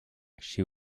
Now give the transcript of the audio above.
she